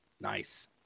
Nice